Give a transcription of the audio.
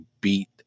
beat